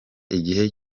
igihe